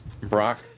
Brock